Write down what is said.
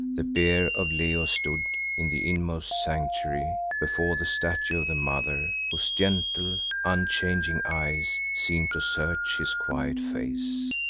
the bier of leo stood in the inmost sanctuary before the statue of the mother whose gentle, unchanging eyes seemed to search his quiet face.